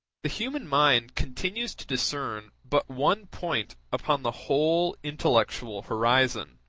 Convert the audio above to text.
the human mind continues to discern but one point upon the whole intellectual horizon,